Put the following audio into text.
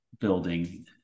building